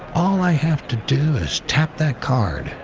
all i have to do is tap that card,